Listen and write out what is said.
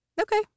Okay